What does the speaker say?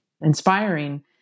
inspiring